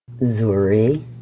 Zuri